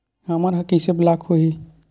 हमर ह कइसे ब्लॉक होही?